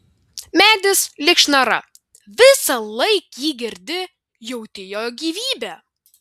medis lyg šnara visąlaik jį girdi jauti jo gyvybę